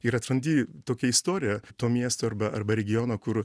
ir atrandi tokią istoriją to miesto arba arba regiono kur